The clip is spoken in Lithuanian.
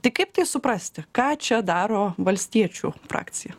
tai kaip tai suprasti ką čia daro valstiečių frakcija